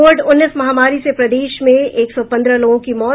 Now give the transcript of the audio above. Covid उन्नीस महामारी से प्रदेश में एक सौ पन्द्रह लोगों की मौत